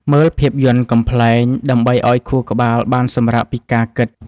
មើលភាពយន្តកំប្លែង ដើម្បីឱ្យខួរក្បាលបានសម្រាកពីការគិត។